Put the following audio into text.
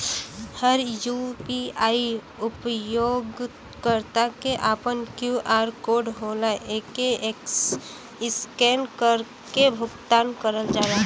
हर UPI उपयोगकर्ता क आपन क्यू.आर कोड होला एके स्कैन करके भुगतान करल जाला